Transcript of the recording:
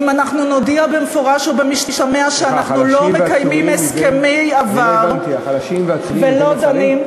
אם נודיע במפורש או במשתמע שאנחנו לא מקיימים הסכמי עבר ולא דנים,